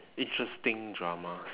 interesting dramas